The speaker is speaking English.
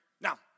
Now